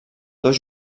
dos